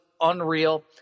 unreal